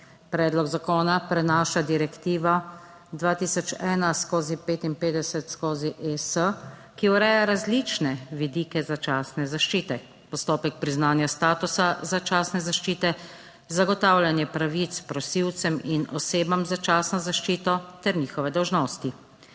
Predlog zakona prenaša Direktiva 2001/55/ES, ki ureja različne vidike začasne zaščite. Postopek priznanja statusa začasne zaščite, zagotavljanje pravic prosilcem in osebam, začasno zaščito ter njihove dolžnosti.